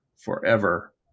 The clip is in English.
forever